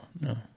No